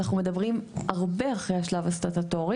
אנחנו מדברים הרבה אחרי השלב הסטטוטורי,